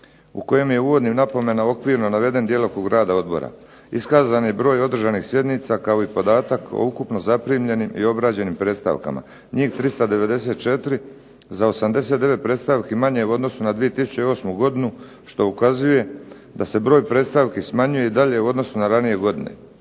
u kojem je u uvodnim napomenama okvirno naveden djelokrug rada odbora. Iskazan je broj održanih sjednica kao i podatak o ukupno zaprimljenim i obrađenim predstavkama, njih 394. Za 89 predstavki manje u odnosu na 2008. godinu, što ukazuje da se broj predstavki smanjuje i dalje u odnosu na ranije godine.